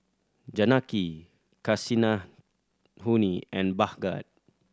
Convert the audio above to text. Janaki Kasinadhuni and Bhagat